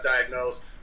diagnosed